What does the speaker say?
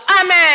Amen